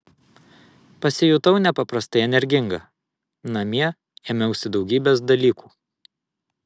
pasijutau nepaprastai energinga namie ėmiausi daugybės dalykų